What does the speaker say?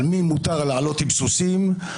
על מי מותר לעלות עם סוסים,